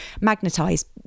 magnetized